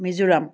Mizoram